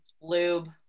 Lube